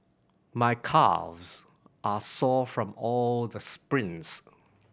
my calves are sore from all the sprints